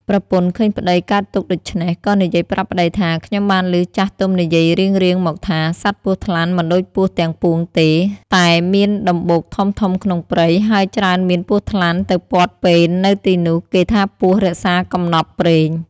ប្រពន្ធ៎ឃើញប្ដីកើតទុក្ខដូច្នេះ ក៏និយាយប្រាប់ប្ដីថា “ ខ្ញុំបានឮចាស់ទុំនិយាយរៀងៗមកថា សត្វពស់ថ្លាន់មិនដូចពស់ទាំងពួងទេ តែមានដម្បូកធំៗក្នុងព្រៃ ហើយច្រើនមាន ពស់ថ្លាន់ទៅព័ទ្ធពេននៅទីនោះ គេថាពស់រក្សាកំណប់ព្រេង។